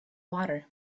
water